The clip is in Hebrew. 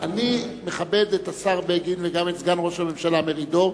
אני מכבד את השר בגין וגם את סגן ראש הממשלה מרידור,